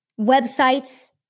websites